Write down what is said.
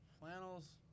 Flannels